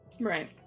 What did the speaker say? right